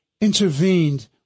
intervened